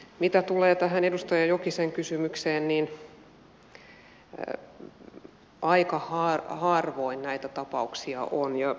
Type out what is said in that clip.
mitä tulee tähän edustaja jokisen kysymykseen niin aika harvoin näitä tapauksia on